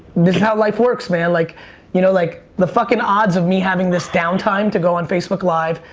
this is how life works, man. like you know, like the fuckin' odds of me having this down time to go on facebook live,